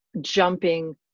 jumping